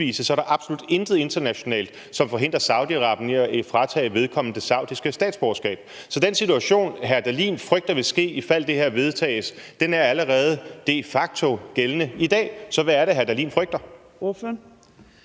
er der absolut intet internationalt, som forhindrer Saudi-Arabien i at fratage vedkommende det saudiske statsborgerskab. Så den situation, hr. Morten Dahlin frygter vil ske, ifald det her vedtages, er allerede de facto gældende i dag. Så hvad er det, hr. Morten Dahlin frygter?